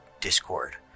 discord